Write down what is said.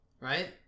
right